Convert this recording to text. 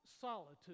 solitude